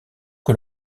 que